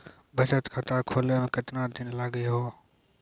बचत खाता खोले मे केतना दिन लागि हो?